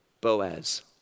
Boaz